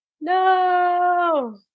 No